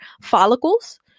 follicles